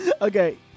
Okay